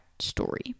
story